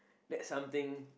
that something